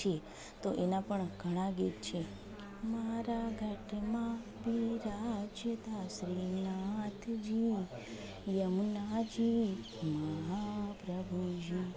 છે તો એના પણ ઘણા ગીત છે